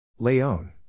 Leone